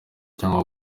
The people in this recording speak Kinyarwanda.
cyangwa